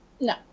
no